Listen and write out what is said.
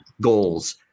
goals